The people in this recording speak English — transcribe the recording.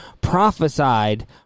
prophesied